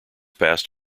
passed